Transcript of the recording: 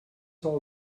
all